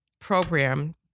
program